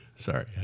Sorry